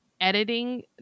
editing